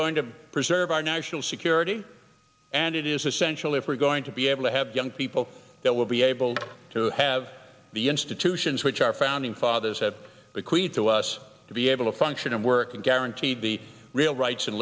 going to preserve our national security and it is essential if we're going to be able to have young people that will be able to have the institutions which our founding fathers have a creed to us to be able to function and work and guaranteed the real rights and